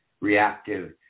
reactive